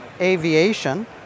aviation